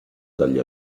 dagli